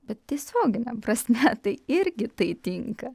bet tiesiogine prasme tai irgi tai tinka